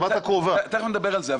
רגע, רגע, בסדר, תיכף נדבר על זה.